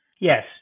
Yes